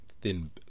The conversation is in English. thin